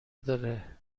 داره